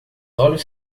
olhos